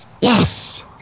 Yes